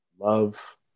love